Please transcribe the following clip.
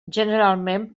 generalment